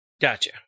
Gotcha